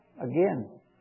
Again